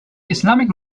islamic